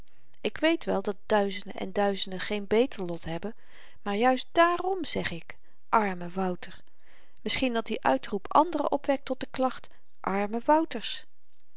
ik weet wel dat duizenden en duizenden geen beter lot hebben maar juist daarom zeg ik arme wouter misschien dat die uitroep anderen opwekt tot de klacht arme wouters